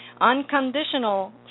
unconditional